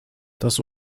das